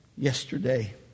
yesterday